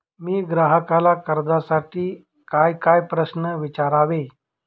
मी ग्राहकाला कर्जासाठी कायकाय प्रश्न विचारावे?